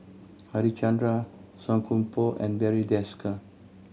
Harichandra Song Koon Poh and Barry Desker